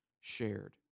shared